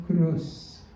Cross